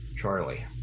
Charlie